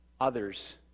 others